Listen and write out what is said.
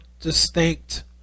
distinct